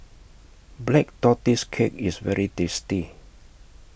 Black Tortoise Cake IS very tasty